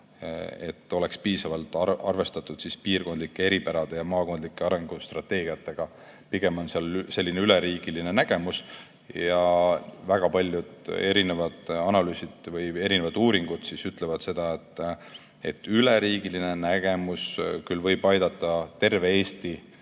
et oleks piisavalt arvestatud piirkondlike eripärade ja maakondlike arengustrateegiatega. Pigem on seal selline üleriigiline nägemus. Väga paljud analüüsid või uuringud ütlevad seda, et üleriigiline nägemus küll võib aidata terve Eesti